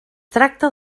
tracta